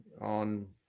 on